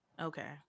Okay